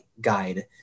Guide